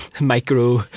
micro